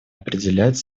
определять